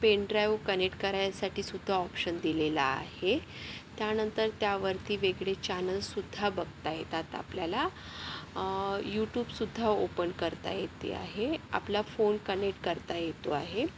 pen drive connect करायसाठीसुद्धा option दिलेलं आहे त्यानंतर त्यावरती वेगळे चॅनल्ससुद्धा बघता येतात आपल्याला युट्यूबसुद्धा ओपन करता येते आहे आपला फोन कनेक्ट करता येतो आहे